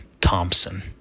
Thompson